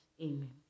Amen